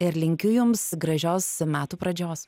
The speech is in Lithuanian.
ir linkiu jums gražios metų pradžios